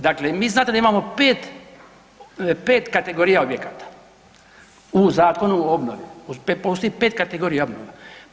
Dakle, vi znate da imamo 5, 5 kategorija objekata u Zakonu o obnovi postoji 5 kategorija objekata.